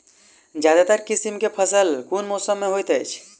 ज्यादातर किसिम केँ फसल केँ मौसम मे होइत अछि?